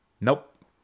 Nope